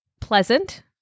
pleasant